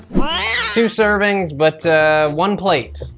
two servings, but one plate.